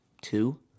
two